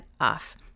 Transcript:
off